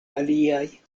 aliaj